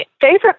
favorite